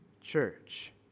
church